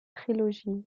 trilogie